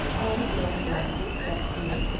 all the girls laughed except edith,